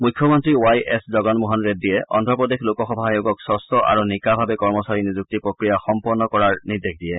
মুখ্যমন্তী Y S Jagan Mohan ৰেড্ডীয়ে অন্ধপ্ৰদেশ লোকসেৱা আয়োগক স্বচ্ছ আৰু নিকা ভাৱে কৰ্মচাৰী নিযুক্তি প্ৰক্ৰিয়া অনুষ্ঠিত কৰাৰ বাবে নিৰ্দেশ দিয়ে